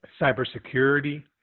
Cybersecurity